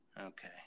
Okay